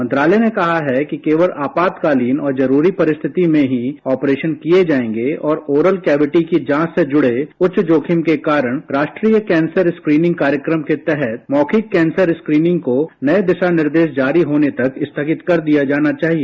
मंत्रालय ने कहा है कि केवल आपातकालीन और जरूरी परिस्थिति में ही ऑपरेशन किए जाएंगे और ओरल कैविटी की जांच से जुड़े उच्च जोखिम के कारण राष्ट्रीय कैंसर स्क्रीनिंग कार्यक्रम के तहत मौखिक कैंसर स्क्रीनिंग को नए दिशा निर्देश जारी होने तक स्थगित कर दिया जाना चाहिए